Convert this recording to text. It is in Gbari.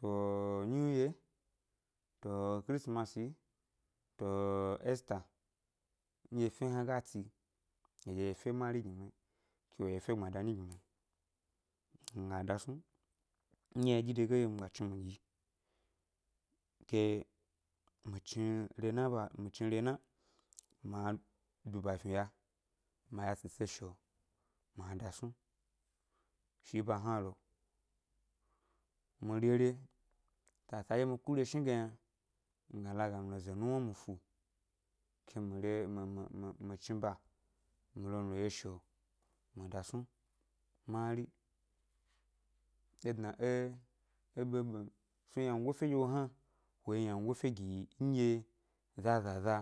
To new year, to kirisimasi yi, to esta nɗye efe hna ga tsi eɗye yi efe mari gi mi ke wo yi efe gbmada nyi gi yi mi, mi ga dasnu, nɗye ynaɗyi dege yi lo mi ga chni mi ɗyi, ke mi chni rena ʻba mi chni rena ma duba fniya ma yashise shio, ma dasnu shi ʻba hna lo, mi rere sasa ɗye mi kureshni ge yna, mi ga laga mi lo ze nuwna mi fu ke mi re mi mi mi chni ʻba mi lo mi yeshio mi dasnu mari, é dna é é ɓebe m, tso wyangofe nɗye wo hna wo yi wyangofe gi yi nɗye zazaza